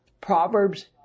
proverbs